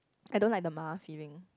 I don't like the 麻: ma feeling